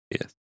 yes